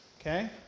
Okay